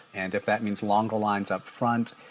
and if that means longer lines up front,